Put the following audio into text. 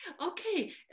okay